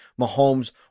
Mahomes